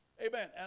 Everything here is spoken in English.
Amen